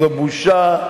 זאת בושה,